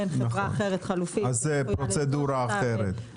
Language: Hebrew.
אין חברה אחרת חלופית רשות התחרות,